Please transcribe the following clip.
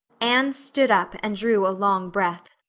anne stood up and drew a long breath.